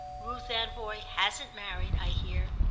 ruth anvoy hasn't married, i hear,